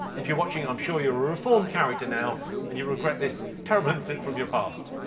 if you're watching, i'm sure you're a reformed character now and you regret this terrible incident from your past.